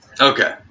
Okay